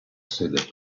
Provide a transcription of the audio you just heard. sede